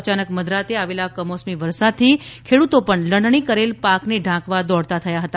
અયાનક મધરાતે આવેલા કમોસમી વરસાદથી ખેડૂતો પણ લલણી કરેલ પાકને ઢાંકવા દોડતા થયા હતા